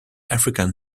african